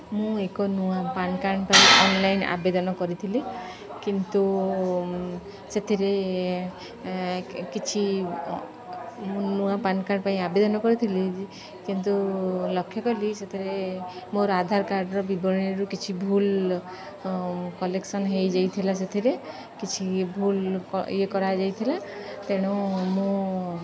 ମୁଁ ଏକ ନୂଆ ପାନ୍ କାର୍ଡ଼୍ ପାଇଁ ଅନ୍ଲାଇନ୍ ଆବେଦନ କରିଥିଲି କିନ୍ତୁ ସେଥିରେ କିଛି ମୁଁ ନୂଆ ପାନ୍ କାର୍ଡ଼୍ ପାଇଁ ଆବେଦନ କରିଥିଲି କିନ୍ତୁ ଲକ୍ଷ୍ୟ କଲି ସେଥିରେ ମୋର ଆଧାର୍ କାର୍ଡ଼୍ର ବିବରଣୀରୁ କିଛି ଭୁଲ୍ କଲେକ୍ସନ୍ ହୋଇଯାଇଥିଲା ସେଥିରେ କିଛି ଭୁଲ୍ ଇଏ କରାଯାଇଥିଲା ତେଣୁ ମୁଁ